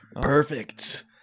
Perfect